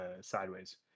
sideways